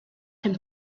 him